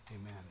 Amen